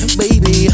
baby